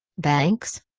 banks?